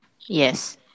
Yes